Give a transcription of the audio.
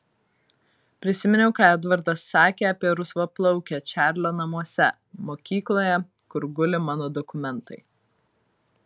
prisiminiau ką edvardas sakė apie rusvaplaukę čarlio namuose mokykloje kur guli mano dokumentai